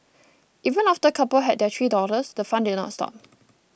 even after the couple had their three daughters the fun did not stop